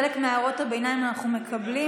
חלק מהערות הביניים אנחנו מקבלים,